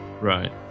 right